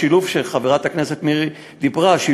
השילוב שחברת הכנסת מירי דיברה עליו,